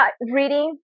Reading